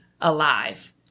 alive